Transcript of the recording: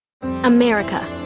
America